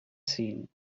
seen